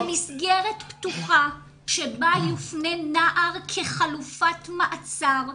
למסגרת פתוחה שבה יופנה נער כחלופת מעצר,